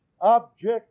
object